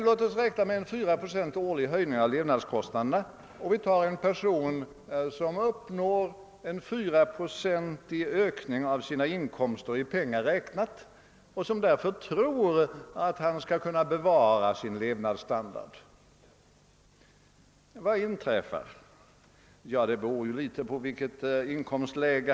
Låt oss säga att en person uppnår en 4 procentig ökning av sina inkomster i pengar räknat och därför tror att han skall kunna bevara sin levnadsstandard. Vad inträffar? Jo, det beror litet på hans inkomstläge.